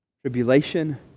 Tribulation